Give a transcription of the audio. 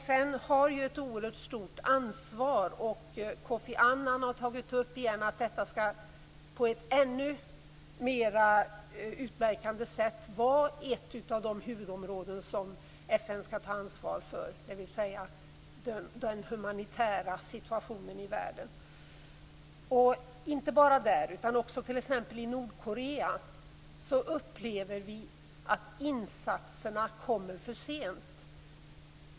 FN har ett oerhört stort ansvar. Kofi Annan har tagit upp att detta på ett ännu mer utmärkande sätt skall vara ett av de huvudområden som FN skall ta ansvar för, dvs. den humanitära situationen i världen. Inte bara i Sudan utan också i t.ex. Nordkorea upplever vi att insatserna kommer för sent.